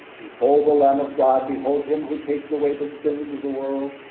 behold the lamb of god. behold him, who takes away the sins of the world.